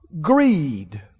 greed